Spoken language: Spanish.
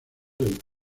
del